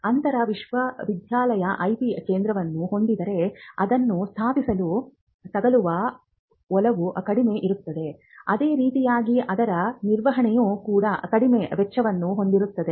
ಅಂತರ್ ವಿಶ್ವವಿದ್ಯಾಲಯ IP ಕೇಂದ್ರವನ್ನು ಹೊಂದಿದ್ದರೆ ಅದನ್ನು ಸ್ಥಾಪಿಸಲು ತಗಲುವ ಒಲವು ಕಡಿಮೆ ಇರುತ್ತದೆ ಅದೇ ರೀತಿಯಾಗಿ ಅದರ ನಿರ್ವಹಣೆಯೂ ಕೂಡ ಕಡಿಮೆ ವೆಚ್ಚವನ್ನು ಹೊಂದಿರುತ್ತದೆ